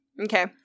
Okay